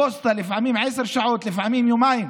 הפוסטה זה לפעמים עשר שעות, לפעמים יומיים.